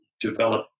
develop